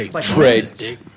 trade